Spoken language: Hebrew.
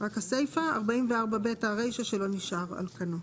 והרישה נשארת על כנה.